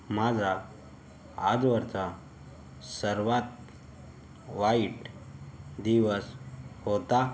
माझा आजवरचा सर्वात वाईट दिवस होता